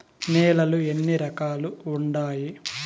నేలలు ఎన్ని రకాలు వుండాయి?